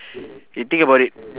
you think about it